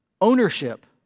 ownership